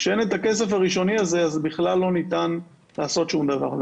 כשאין את הכסף הראשוני הזה אז בכלל לא ניתן לעשות שום דבר.